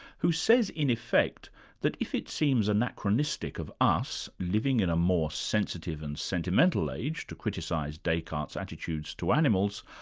who says in effect that if it seems anachronistic of us, living in a more sensitive and sentimental age, to criticise descartes' attitudes to animals,